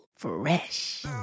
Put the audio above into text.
fresh